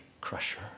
crusher